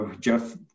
Jeff